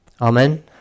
Amen